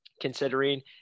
considering